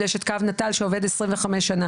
ויש את קו נטל שעובד 25 שנה.